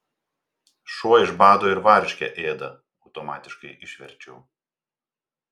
šuo iš bado ir varškę ėda automatiškai išverčiau